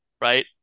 right